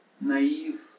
naive